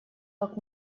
как